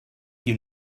you